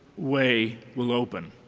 way will open.